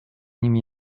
nimi